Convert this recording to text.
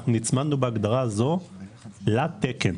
נצמדנו בהגדרה הזו לתקן.